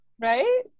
right